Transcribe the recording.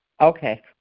Okay